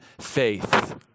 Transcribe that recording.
faith